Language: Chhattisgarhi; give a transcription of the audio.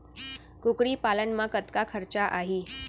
कुकरी पालन म कतका खरचा आही?